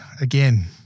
again